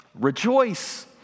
Rejoice